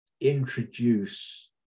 introduce